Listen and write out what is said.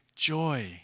joy